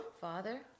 Father